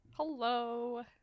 Hello